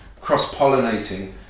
cross-pollinating